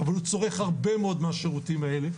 אבל הוא צורך הרבה מאוד מהשירותים האלה,